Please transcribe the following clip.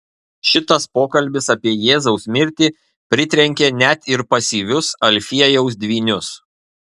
šitas pokalbis apie jėzaus mirtį pritrenkė net ir pasyvius alfiejaus dvynius